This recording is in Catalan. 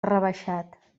rebaixat